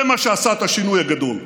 זה מה שעשה את השינוי הגדול.